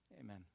amen